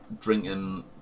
drinking